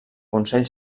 consell